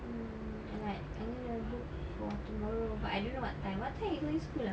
mm I like I mean I've booked for tomorrow but I don't know what time what time you going school ah